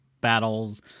battles